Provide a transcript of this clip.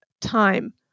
time